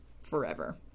forever